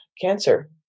cancer